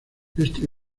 este